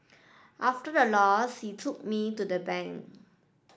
after the loss he took me to the bank